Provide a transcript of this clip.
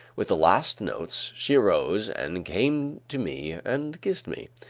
with the last notes, she arose and came to me and kissed me.